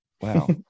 Wow